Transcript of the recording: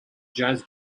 jazz